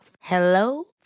Hello